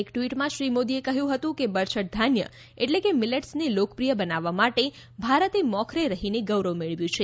એક ટ્વીટમાં શ્રી મોદીએ કહ્યું હતું કે બરછટ ધાન્ય એટલે કે મિલેટ્સને લોકપ્રિય બનાવવા માટે ભારતે મોખરે રહીને ગૌરવ મેળવ્યું છે